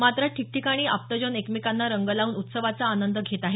मात्र ठिकठिकाणी आप्तजन एकमेकांना रंग लावून उत्सवाचा आनंद घेत आहेत